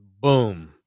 boom